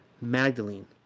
magdalene